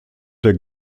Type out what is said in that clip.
der